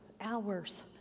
hours